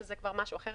שזה כבר משהו אחר,